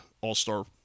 All-Star